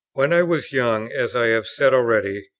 when i was young, as i have said already,